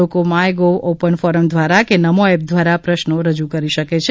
લોકો MyGov open forum દ્વારા કે નમો એપ દ્વારા પ્રશ્નો રજૂ કરી શકે છે